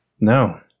No